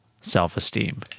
self-esteem